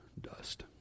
dust